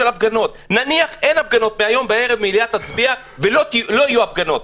נניח שהיום בערב המליאה תצביע ולא יהיו יותר הפגנות.